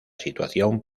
situación